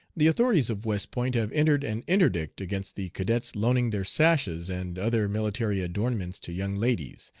the authorities of west point have entered an interdict against the cadets loaning their sashes and other military adornments to young ladies,